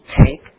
take